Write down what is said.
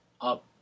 up